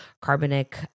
carbonic